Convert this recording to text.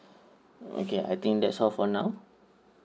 okay I think that's all for now